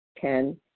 ten